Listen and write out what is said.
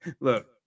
Look